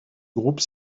groupe